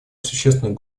существенную